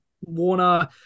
Warner